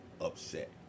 upset